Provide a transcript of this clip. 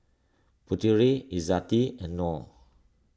Putera Izzati and Noah